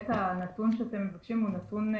הנתון שאתם מבקשים הוא נתון אפידמיולוגי,